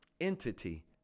entity